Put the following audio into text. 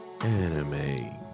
anime